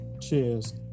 cheers